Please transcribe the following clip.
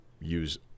use